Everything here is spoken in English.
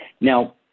Now